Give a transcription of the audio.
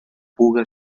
puga